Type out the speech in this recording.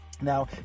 Now